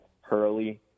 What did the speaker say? Hurley